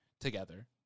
together